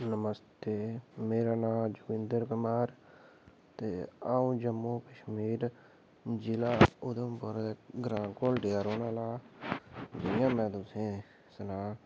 नमस्ते मेरा नां जोगिंदर कुमार अ'ऊं जम्मू कश्मीर जिला उधमपूर ग्रां घोलडी दा रौह्ने आह्ला आं जि'यां में तुसें गी सनां